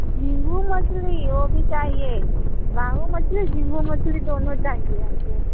झींगा मछली वह भी चाहिए रोहू मछली और झींगा मछली दोनों चाहिए हमको